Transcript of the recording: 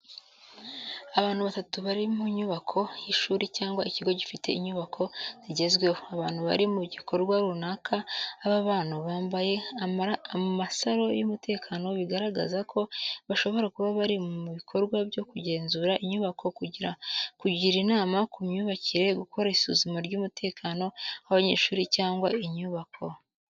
Abantu batatu bari mu nyubako y’ishuri cyangwa ikigo gifite inyubako zigezweho. Abantu bari mu gikorwa runaka. Aba bantu bambaye amasaro y’umutekano bigaragaza ko bashobora kuba bari mu bikorwa byo kugenzura inyubako, kugira inama ku myubakire, gukora isuzuma ry’umutekano w’abanyeshuri cyangwa inyubako.